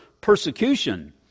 persecution